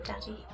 Daddy